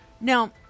Now